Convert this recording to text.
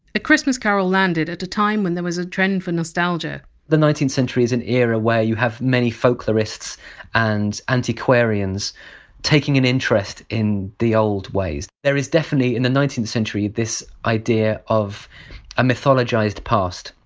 a christmas carol landed at a time when there was a trend for nostalgia the nineteenth century is an era where you have many folklorists and antiquarians taking an interest in the old ways. there is definitely in the nineteenth century this idea of a mythologized past,